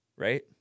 Right